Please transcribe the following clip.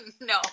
No